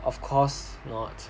of course not